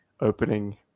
opening